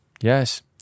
Yes